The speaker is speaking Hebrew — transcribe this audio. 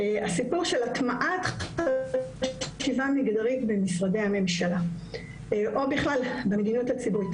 הסיפור של הטמעת חשיבה מגדרית במשרדי הממשלה או בכלל במדיניות הציבורית.